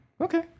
Okay